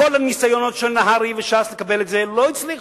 וכל הניסיונות של נהרי וש"ס לקבל את זה לא הצליחו.